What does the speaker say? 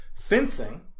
Fencing